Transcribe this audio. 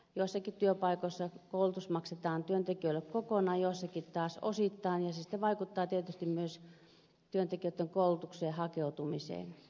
joissakin työpaikoissa koulutus maksetaan työntekijöille kokonaan joissakin taas osittain ja se sitten vaikuttaa tietysti myös työntekijöitten koulutukseen hakeutumiseen